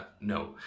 No